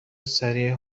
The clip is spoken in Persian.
سریع